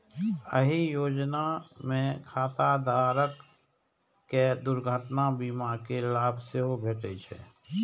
एहि योजना मे खाता धारक कें दुर्घटना बीमा के लाभ सेहो भेटै छै